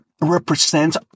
represents